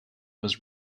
was